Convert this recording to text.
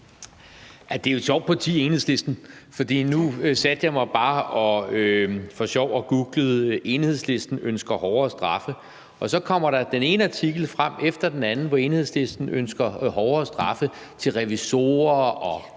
er jo et sjovt parti. For nu satte jeg mig bare for sjov og googlede »Enhedslisten ønsker hårdere straffe«, og så kommer der den ene artikel frem efter den anden, hvor Enhedslisten ønsker hårdere straffe til revisorer, bankfolk